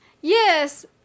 Yes